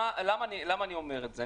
למה אני אומר את זה?